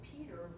Peter